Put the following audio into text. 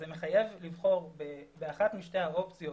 זה מחייב לבחור באחת משתי האופציות